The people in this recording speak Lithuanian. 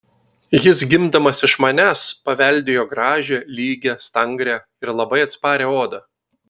jis gimdamas iš manęs paveldėjo gražią lygią stangrią ir labai atsparią odą